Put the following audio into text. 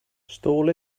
stall